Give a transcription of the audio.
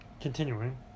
continuing